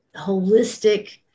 holistic